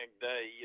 day